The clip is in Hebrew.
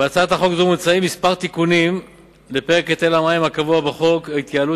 בהצעת חוק זו מוצעים כמה תיקונים לפרק היטל המים הקבוע בחוק ההתייעלות